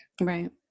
right